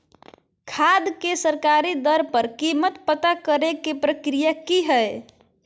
खाद के सरकारी दर पर कीमत पता करे के प्रक्रिया की हय?